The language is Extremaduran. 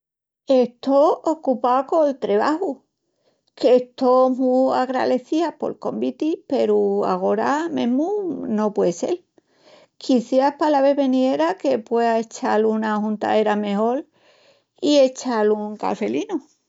Esto acupá col trebaju, que esto mu agralecía pol conviti peru agore mesmu no pue de sel, quiciás pala ves veniera se puea d'echal una arrejuntaera mejol o echal un cafelinu.